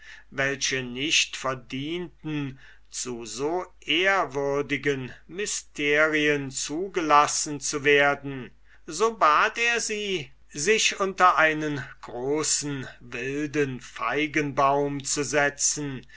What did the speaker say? welche nicht verdienten zu so ehrwürdigen mysterien zugelassen zu werden so bat er sie sich unter einen großen wilden feigenbaum zu setzen